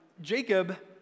Jacob